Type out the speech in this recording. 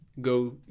go